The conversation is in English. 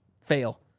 fail